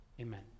Amen